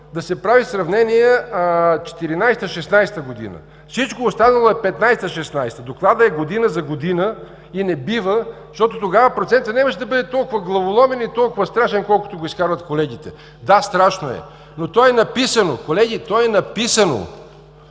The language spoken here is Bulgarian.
да се прави сравнение 2014 г. – 2016 г. Всичко останало е 2015 г. – 2016 г. Докладът е година за година и не бива, защото тогава процентът нямаше да бъде толкова главоломен и толкова страшен, колкото го изкарват колегите. Да, страшно е, но е написано, колеги, написано